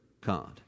card